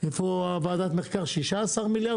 איפה אנשי המחקר, 16 מיליארד?